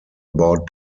about